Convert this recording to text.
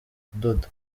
kudoda